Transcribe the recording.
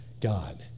God